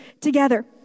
together